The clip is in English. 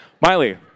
Miley